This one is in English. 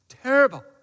terrible